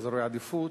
באזורי העדיפות,